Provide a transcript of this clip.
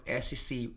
SEC